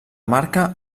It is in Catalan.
marca